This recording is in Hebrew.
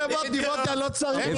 --- הבנת.